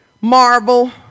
Marvel